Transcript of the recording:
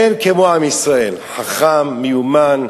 אין כמו עם ישראל, חכם, מיומן.